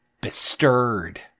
bestirred